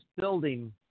building